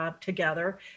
together